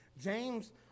James